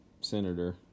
senator